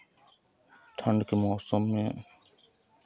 ठण्ड के मौसम में